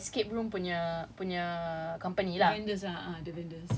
but this is done by the escape room punya punya company lah